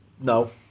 No